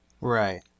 Right